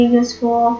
useful